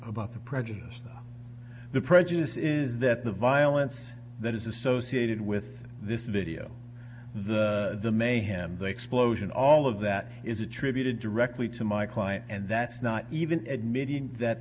about the prejudice the prejudice is that the violence that is associated with this video the the mayhem the explosion all of that is attributed directly to my client and that's not even admitting that